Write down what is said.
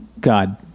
God